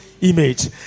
image